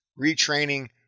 retraining